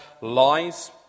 lies